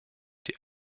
die